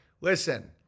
listen